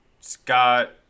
scott